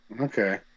Okay